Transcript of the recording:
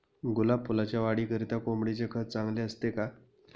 गुलाब फुलाच्या वाढीकरिता कोंबडीचे खत चांगले असते का?